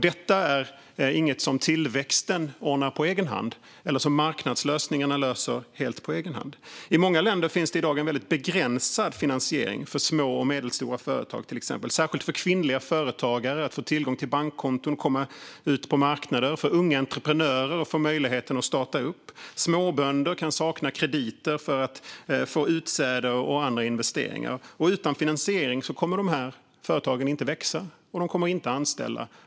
Det är ingenting som tillväxten ordnar på egen hand eller som marknadslösningarna löser helt på egen hand. I många länder finns det i dag en väldigt begränsad finansiering för små och medelstora företag, till exempel. Det gäller särskilt för kvinnliga företagare att få tillgång till bankkonton och komma ut på marknader och för unga entreprenörer att få möjligheten att starta upp. Småbönder kan sakna krediter för att få utsäde och andra investeringar. Utan finansiering kommer de företagen inte att växa, och de kommer inte att anställa.